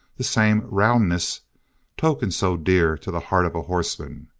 the same roundness token so dear to the heart of a horseman!